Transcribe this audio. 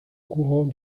courant